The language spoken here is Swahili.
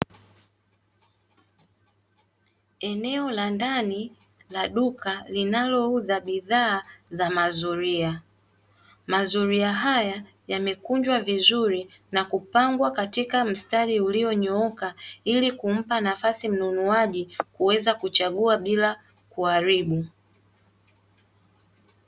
Eneo la ndani la duka linalouza bidhaa za mazulia. Mazulia haya yamekunjwa vizuri na kupangwa katika mstari ulio nyooka ili kumpa nafasi mnunuaji kuweza kuchagua bila kuharibu.